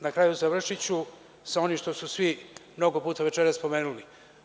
Na kraju završiću sa onim što su svi mnogo puta večeras spomenuli.